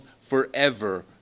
forever